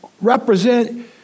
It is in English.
represent